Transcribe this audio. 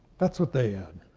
that's what they add.